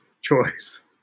choice